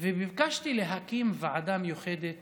להקים ועדה מיוחדת